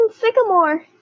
Sycamore